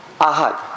Ahad